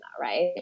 Right